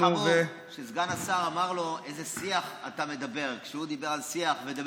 הכי חמור שסגן השר אמר לו "באיזה שיח אתה מדבר" כשהוא דיבר על תתי-אדם.